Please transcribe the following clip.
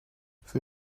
für